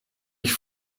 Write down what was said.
ich